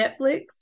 Netflix